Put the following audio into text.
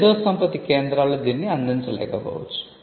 మేధోసంపత్తి కేంద్రాలు దీన్ని అందించలేకపోవచ్చు